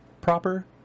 proper